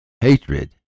hatred